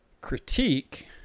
critique